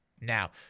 Now